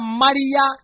maria